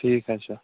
ٹھیٖک حظ چھُ